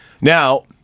Now